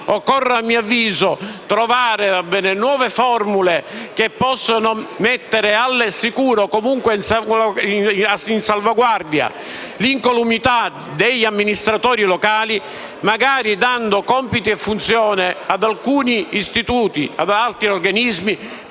Occorre, a mio avviso, trovare nuove formule che possano mettere al sicuro l'incolumità degli amministratori locali, magari dando compiti e funzioni ad alcuni istituti e ad altri organismi,